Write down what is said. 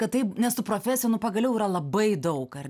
kad taip nes tų profesijų nu pagaliau yra labai daug ar